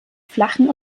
flachen